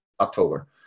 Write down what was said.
october